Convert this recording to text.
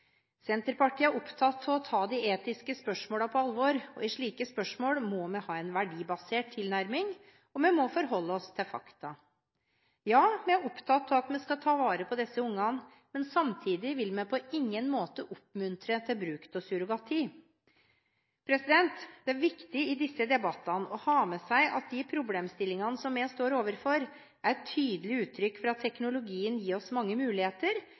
Senterpartiet er opptatt av å ta de etiske spørsmålene på alvor. I slike spørsmål må vi ha en verdibasert tilnærming, og vi må forholde oss til fakta. Ja, vi er opptatt av at vi skal ta vare på disse ungene, men samtidig vil vi på ingen måte oppmuntre til bruk av surrogati. Det er viktig i disse debattene å ha med seg at de problemstillingene som vi står overfor, er tydelige uttrykk for at teknologien gir oss mange muligheter,